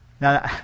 now